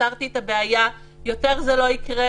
ופתרתי את הבעיה ויותר זה לא יקרה"